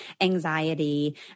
anxiety